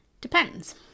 depends